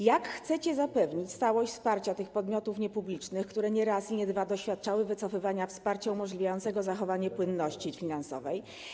Jak chcecie zapewnić stałość wsparcia tych podmiotów niepublicznych, które nie raz i nie dwa doświadczały wycofywania wsparcia umożliwiającego zachowanie płynności finansowej?